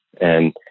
And-